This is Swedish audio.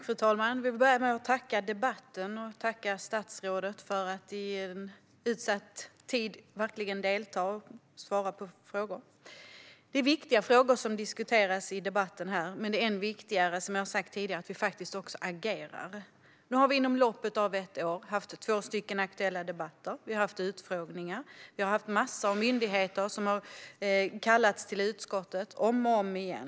Fru talman! Jag vill börja med att tacka för debatten och tacka statsrådet för att hon i en utsatt tid verkligen deltar och svarar på frågor. Det är viktiga frågor som diskuteras här i debatten, men det är än viktigare, som jag har sagt tidigare, att vi faktiskt också agerar. Nu har vi inom loppet av ett år haft två aktuella debatter, utfrågningar och massor av myndigheter som har kallats till utskottet om och om igen.